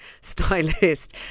stylist